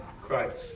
Christ